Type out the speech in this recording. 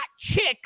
chicks